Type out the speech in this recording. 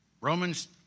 Romans